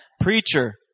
Preacher